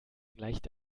gleicht